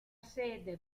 sede